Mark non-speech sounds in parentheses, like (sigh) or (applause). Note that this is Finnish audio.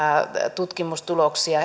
tutkimustuloksia (unintelligible)